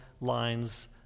lines